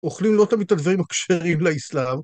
אוכלים לא תמיד את הדברים הכשרים לאסלאם.